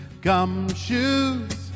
gumshoes